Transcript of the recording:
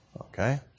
okay